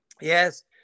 Yes